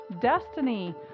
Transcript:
destiny